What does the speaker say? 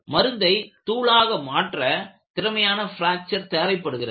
மருந்தை தூளாக மாற்ற திறமையான பிராக்சர் தேவைப்படுகிறது